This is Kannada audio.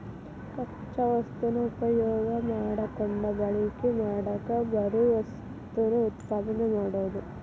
ಕಚ್ಚಾ ವಸ್ತುನ ಉಪಯೋಗಾ ಮಾಡಕೊಂಡ ಬಳಕೆ ಮಾಡಾಕ ಬರು ವಸ್ತುನ ಉತ್ಪಾದನೆ ಮಾಡುದು